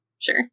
Sure